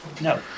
No